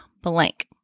blank